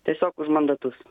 tiesiog už mandatus